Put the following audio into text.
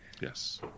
Yes